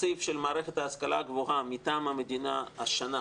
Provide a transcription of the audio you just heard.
התקציב של מערכת ההשכלה הגבוהה מטעם המדינה השנה,